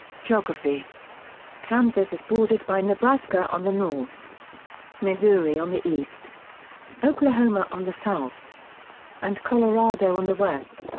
geography kansas is bordered by nebraska on the north missouri on the east oklahoma on the south and colorado on the west.